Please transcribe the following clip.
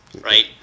right